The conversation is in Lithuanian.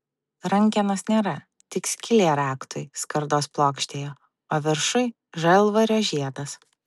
rankenos nėra tik skylė raktui skardos plokštėje o viršuj žalvario žiedas